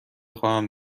خواهم